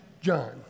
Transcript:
John